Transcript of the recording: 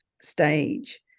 stage